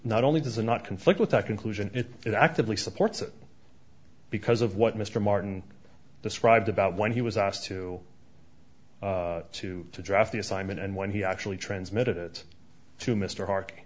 not only does not conflict with a conclusion it actively supports it because of what mr martin described about when he was asked to to address the assignment and when he actually transmitted it to mr har